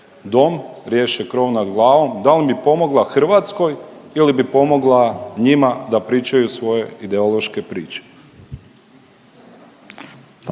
dom, riješe krov nad glavom, dal bi pomogla Hrvatskoj ili bi pomogla njima da pričaju svoje ideološke priče?